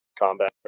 combat